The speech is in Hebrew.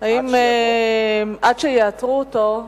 עד שיאתרו אותו,